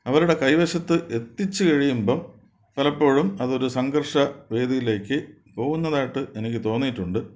അവരുടെ കൈവശത്ത് എത്തിച്ചു കഴിയുമ്പോള് പലപ്പോഴും അതൊരു സംഘർഷ വേദിയിലേക്ക് പോകുന്നതായിട്ട് എനിക്ക് തോന്നിയിട്ടുണ്ട്